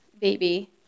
baby